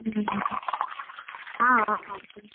ம் ம் ஆ ஆ ஓகே